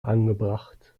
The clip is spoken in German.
angebracht